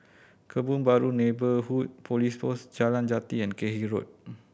Kebun Baru Neighbourhood Police Post Jalan Jati and Cairnhill Road